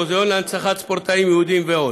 מוזיאון להנצחת ספורטאים יהודים ועוד.